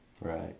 Right